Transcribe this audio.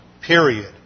period